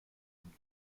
dem